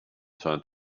turned